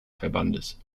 verbandes